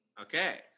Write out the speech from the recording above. okay